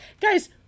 Guys